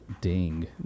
ding